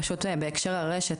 פשוט בהקשר לרשת,